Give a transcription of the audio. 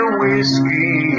whiskey